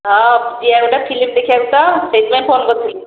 ହଁ ଯିବା ଗୋଟିଏ ଫିଲ୍ମ ଦେଖିବାକୁ ତ ସେଇଥିପାଇଁ ଫୋନ୍ କରିଥିଲି